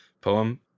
poem